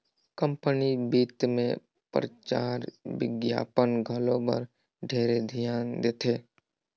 company बित मे परचार बिग्यापन घलो बर ढेरे धियान देथे